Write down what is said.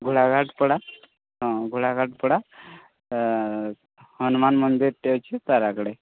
ବୁଢ଼ାଘାଟ ପଡ଼ା ହଁ ବୁଢ଼ାଘାଟ ପଡ଼ା ହନୁମାନ ମନ୍ଦିରଟେ ଅଛି ତା' ଆଗରେ